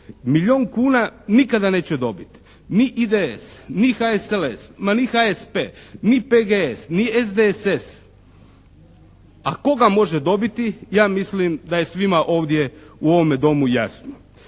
Milijon kuna nikada neće dobiti ni IDS, ni HSLS, ma ni HSP, ni PGS, ni SDSS, a tko ga može dobiti ja mislim da je svima ovdje u ovom Domu jasno.